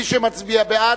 מי שמצביע בעד,